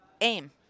Aim